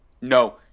no